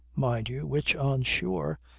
mind you, which, on shore,